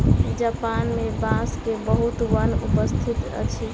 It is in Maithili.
जापान मे बांस के बहुत वन उपस्थित अछि